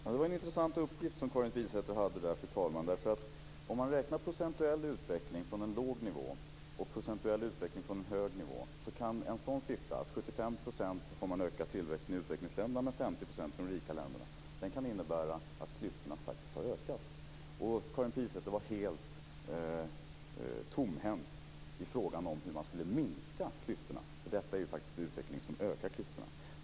Fru talman! Det var en intressant uppgift som Karin Pilsäter kom med. Men om man räknar procentuell utveckling från en låg nivå och procentuell utveckling från en hög nivå kan en sådan siffra - att tillväxten i utvecklingsländerna har ökat med 75 % och i de rika länderna med 50 %- innebära att klyftorna faktiskt har ökat. Karin Pilsäter var helt tomhänt i frågan om hur man skulle minska klyftorna, för detta är ju faktiskt en utveckling som ökar klyftorna.